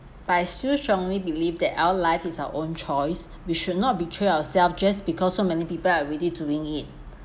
but I still strongly believe that our life is our own choice we should not betray ourself just because so many people are already doing it